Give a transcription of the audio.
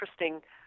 interesting